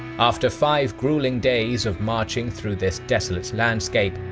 after five grueling days of marching through this desolate landscape,